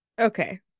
Okay